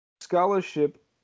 scholarship